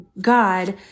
God